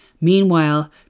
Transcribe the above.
Meanwhile